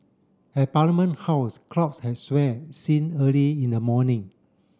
at Parliament House crowds had seelled since early in the morning